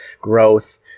growth